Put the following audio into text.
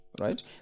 Right